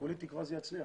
וכולי תקווה שזה יצליח.